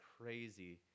crazy